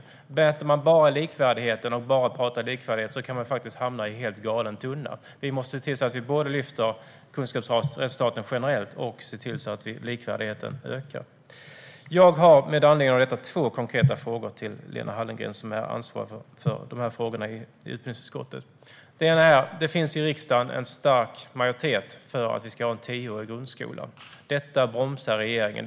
Om man bara mäter likvärdigheten och bara talar om den kan man hamna i helt galen tunna. Vi måste se till att både lyfta kunskapsresultaten generellt och att likvärdigheten ökar. Jag har med anledning av detta två konkreta frågor till Lena Hallengren, som är ansvarig för dessa frågor i utbildningsutskottet. Min första fråga gäller att det i riksdagen finns en stark majoritet för att vi ska ha en tioårig grundskola. Detta bromsar regeringen.